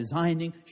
designing